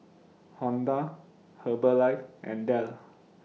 Honda Herbalife and Dell